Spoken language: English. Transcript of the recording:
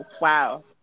wow